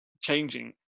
changing